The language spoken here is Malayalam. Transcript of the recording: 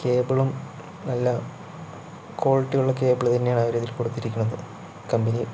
കേബിളും എല്ലാം ക്വാളിറ്റി ഉള്ള കേബിൾ തന്നെയാണ് അവരതില് കൊടുത്തിരിക്കണത് കമ്പനി